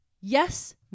Yes